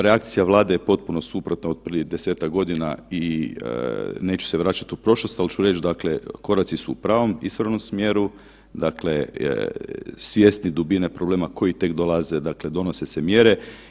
Reakcija Vlade je potpuno suprotna od prije 10-tak godina i neću se vraćati u prošlost, ali ću reći dakle koraci su u pravom, ispravnom smjeru, dakle svjesni dubine problema koji tek dolaze donose se mjere.